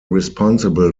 responsible